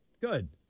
Good